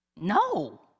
no